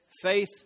Faith